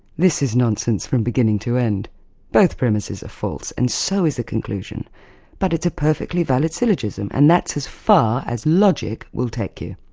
this is nonsense from beginning to end both premises are false and so is the conclusion but it's a perfectly valid syllogism and that's as far as logic will take you.